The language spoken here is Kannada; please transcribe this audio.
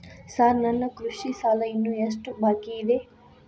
ಸಾರ್ ನನ್ನ ಕೃಷಿ ಸಾಲ ಇನ್ನು ಎಷ್ಟು ಬಾಕಿಯಿದೆ?